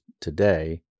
today